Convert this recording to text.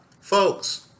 Folks